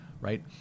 right